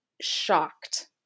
shocked